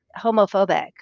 homophobic